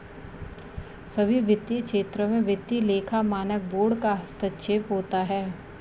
सभी वित्तीय क्षेत्रों में वित्तीय लेखा मानक बोर्ड का हस्तक्षेप होता है